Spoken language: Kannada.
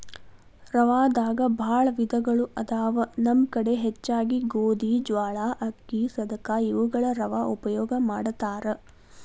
ರವಾದಾಗ ಬಾಳ ವಿಧಗಳು ಅದಾವ ನಮ್ಮ ಕಡೆ ಹೆಚ್ಚಾಗಿ ಗೋಧಿ, ಜ್ವಾಳಾ, ಅಕ್ಕಿ, ಸದಕಾ ಇವುಗಳ ರವಾ ಉಪಯೋಗ ಮಾಡತಾರ